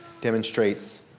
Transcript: demonstrates